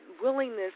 willingness